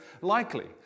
likely